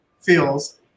feels